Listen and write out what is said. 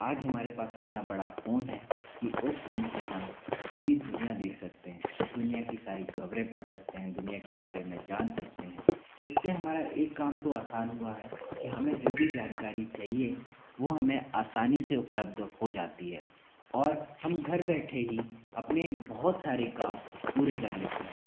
आज हमारे पास इतना बड़ा फ़ोन है कि उस फ़ोन से हम पूरी दुनिया देख सकते हैं दुनिया की सारी खबरें पढ़ सकते हैं दुनिया के बारे में जान सकते हैं इससे हमारा एक काम तो आसान हुआ है कि हमें जो भी जानकारी चाहिए वह हमें आसानी से उपलब्ध हो जाती है और हम घर बैठे ही अपने बहुत सारे काम पूरे कर लेते हैं